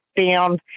down